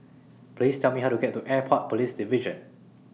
Please Tell Me How to get to Airport Police Division